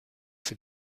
für